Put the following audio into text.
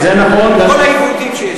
כל העיוותים שיש.